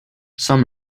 some